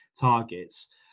targets